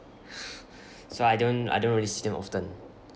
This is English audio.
so I don't I don't really see them often